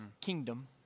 kingdom